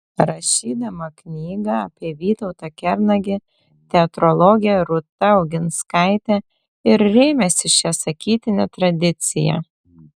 rašydama knygą apie vytautą kernagį teatrologė rūta oginskaitė ir rėmėsi šia sakytine tradicija